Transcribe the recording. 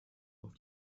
auf